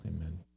Amen